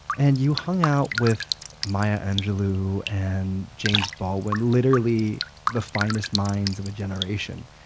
and you hung out with maya angelou and james baldwin, literally the finest minds of a generation.